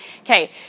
Okay